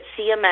CMS